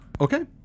Okay